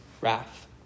wrath